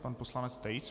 Pan poslanec Tejc.